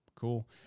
Cool